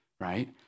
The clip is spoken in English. right